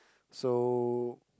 so